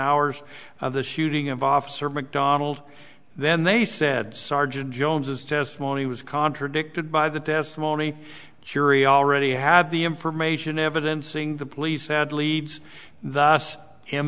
hours of the shooting of officer mcdonald then they said sergeant jones's testimony was contradicted by the testimony curie already had the information evidencing the police had leads the